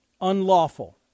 unlawful